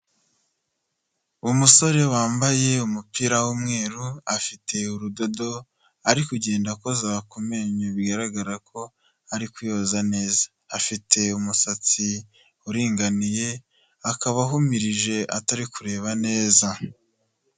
Umusore wambaye umupira w'umweru, afite urudodo ari kugenda akoza ku menyo bigaragara ko ari kuyoza neza, afite umusatsi uringaniye, akaba ahumirije atari kureba neza.